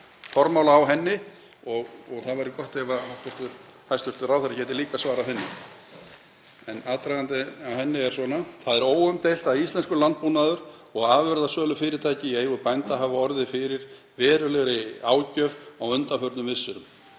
fyrir henni, það væri gott ef hæstv. ráðherra gæti líka svarað henni. En aðdragandinn að henni er svona: Það er óumdeilt að íslenskur landbúnaður og afurðasölufyrirtæki í eigu bænda hafa orðið fyrir verulegri ágjöf á undanförnum misserum.